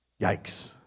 yikes